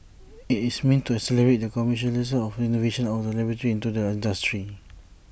IT is meant to accelerate the commercialisation of innovations out of the laboratory into the industry